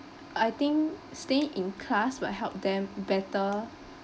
I think staying in class will help them better